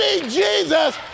Jesus